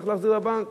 צריך להחזיר לבנק.